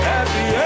Happy